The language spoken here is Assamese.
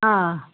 অ